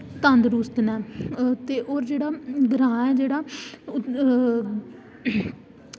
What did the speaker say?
कते तंदरुस्त न होर जेह्ड़ा ग्रांऽ जेह्ड़ा